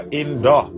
indo